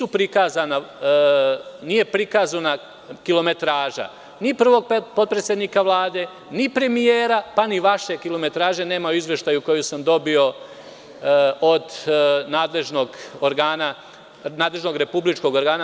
Usput, nije prikazana kilometraža ni prvog potpredsednika Vlade, ni premijera, pa ni vaše kilometraže nema u izveštaju koji sam dobio od nadležnog republičkog organa.